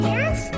Yes